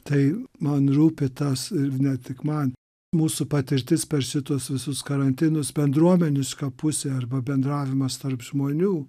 tai man rūpi tas ir ne tik man mūsų patirtis per šituos visus karantinus bendruomeniska pusė arba bendravimas tarp žmonių